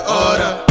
order